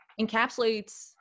encapsulates